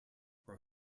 were